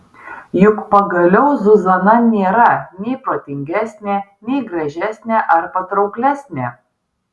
juk pagaliau zuzana nėra nei protingesnė nei gražesnė ar patrauklesnė